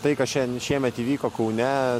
tai kas šian šiemet įvyko kaune